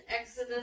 Exodus